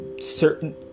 certain